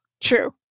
True